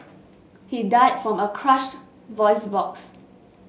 he died from a crushed voice box